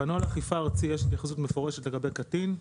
בנוהל אכיפה ארצי יש התייחסות מפורשת לגבי קטין,